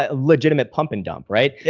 ah legitimate pump and dump, right. yeah